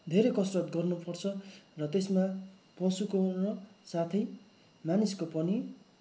धेरै कसरत गर्नु पर्छ र त्यसमा पशुको र साथै मानिसको पनि मेहनत त्यति नै